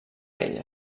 ella